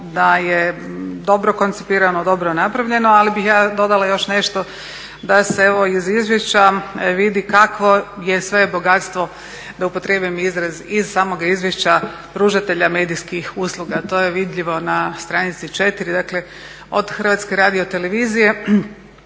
da je dobro koncipirano, dobro napravljeno, ali bih ja dodala još nešto da se evo iz izvješća vidi kakvo je sve bogatstvo, da upotrijebim izraz iz samoga izvješća, pružatelja medijskih usluga. To je vidljivo na stranici 4. Dakle od HRT-a, od 4 nakladnika